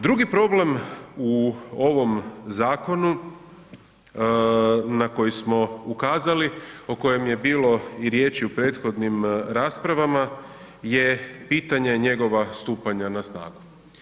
Drugi problem u ovom zakonu na koji smo ukazali o kojem je bilo i riječi u prethodnim raspravama je pitanje njegova stupanja na snagu.